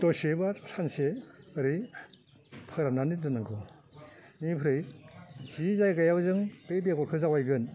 दसे बा सानसे ओरै फोरान्नानै दोन्नांगौ बेनिफ्राय जि जायगायाव जों बे बेगरखौ जावायगोन